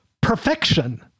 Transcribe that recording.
perfection